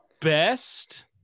best